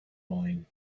mine